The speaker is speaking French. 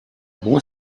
bons